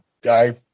guy